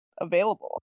available